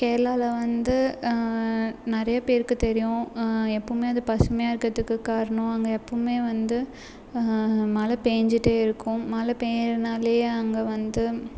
கேரளாவில் வந்து நிறைய பேருக்கு தெரியும் எப்பவுமே அது பசுமையாக இருக்கிறத்துக்கு காரணம் அங்கே எப்பவுமே வந்து மழை பேய்ஞ்சிட்டே இருக்கும் மழை பேய்யறனாலே அங்கே வந்து